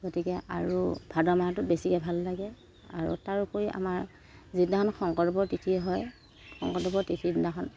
গতিকে আৰু ভাদমাহটোত বেছিকে ভাল লাগে আৰু তাৰোপৰি আমাৰ যিদিনাখন শংকৰাদেৱৰ তিথি হয় শংকৰদেৱৰ তিথিৰ দিনাখন